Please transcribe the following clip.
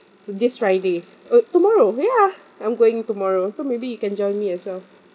so this friday oh tomorrow ya I'm going tomorrow so maybe you can join me as well